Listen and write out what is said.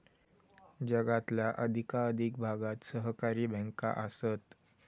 जगातल्या अधिकाधिक भागात सहकारी बँका आसत